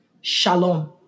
Shalom